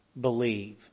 believe